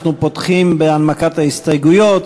אנחנו פותחים בהנמקת ההסתייגויות.